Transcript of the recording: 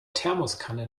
thermoskanne